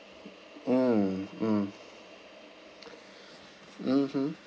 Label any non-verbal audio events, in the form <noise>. mm mm <breath> mmhmm